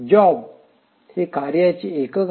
job हे कार्याचे एकक आहे